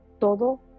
todo